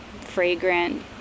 fragrant